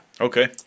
Okay